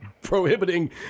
prohibiting